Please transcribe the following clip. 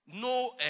No